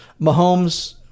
Mahomes